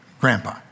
grandpa